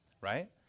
Right